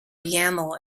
yaml